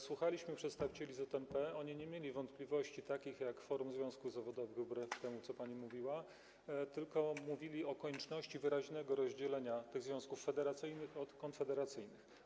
Słuchaliśmy przedstawicieli ZNP, oni nie mieli wątpliwości takich jak Forum Związków Zawodowych, wbrew temu, co pani mówiła, tylko mówili o konieczności wyraźnego rozdzielenia tych związków federacyjnych od konfederacyjnych.